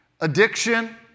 addiction